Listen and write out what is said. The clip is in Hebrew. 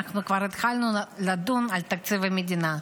תודה.